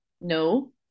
No